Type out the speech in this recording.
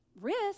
Risk